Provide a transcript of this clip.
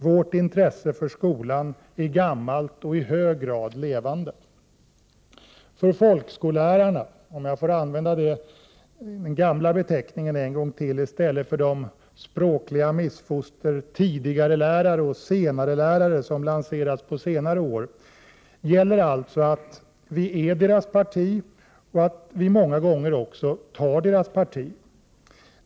Vårt intresse för skolan är gammalt och i hög grad levande. För folkskollärarna — om jag får använda den gamla beteckningen i stället för de språkliga missfostren tidigarelärare och senarelärare som lanserats på senare år — gäller alltså att folkpartiet är deras parti och att vi i folkpartiet också många gånger tar deras parti.